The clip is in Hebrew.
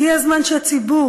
הגיע הזמן שהציבור,